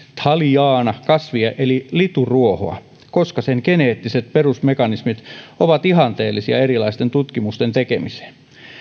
thaliana kasvia eli lituruohoa koska sen geneettiset perusmekanismit ovat ihanteellisia erilaisten tutkimusten tekemiseen